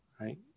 right